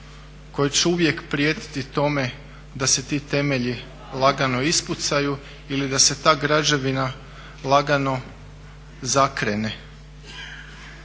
koje će uvijek prijetiti tome da se ti temelji lagano ispucaju ili da se ta građevina lagano zakrene.